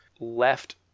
left